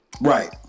Right